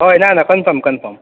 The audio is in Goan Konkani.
हय ना ना कनफम कनफम